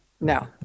no